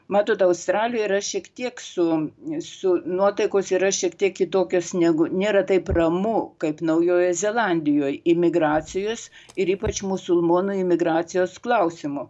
matot australijoj yra šiek tiek su su nuotaikos yra šiek tiek kitokios negu nėra taip ramu kaip naujojoje zelandijoj imigracijos ir ypač musulmonų imigracijos klausimu